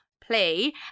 play